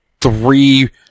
three